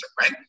Right